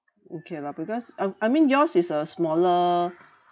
okay lah because um I mean yours is a smaller